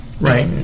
Right